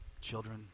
children